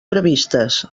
previstes